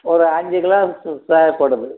ஒரு அஞ்சுக்கிலோ தேவைப்படுது